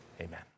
amen